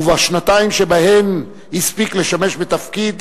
ובשנתיים שבהן הספיק לשמש בתפקיד,